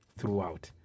Throughout